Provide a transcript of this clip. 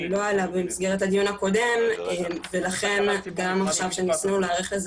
לא עלה במסגרת הדיון הקודם ולכן גם עכשיו כשניסינו להיערך לזה